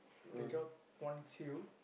the job wants you